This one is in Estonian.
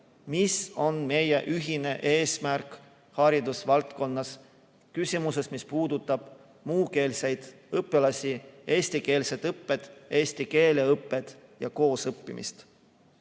mis on meie ühine eesmärk haridusvaldkonnas, selles küsimuses, mis puudutab muukeelseid õpilasi, eestikeelset õpet, eesti keele õpet ja koosõppimist.